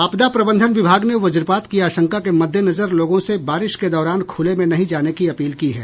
आपदा प्रबंधन विभाग ने वज्रपात की आशंका के मददेनजर लोगों से बारिश के दौरान खुले में नहीं जाने की अपील की है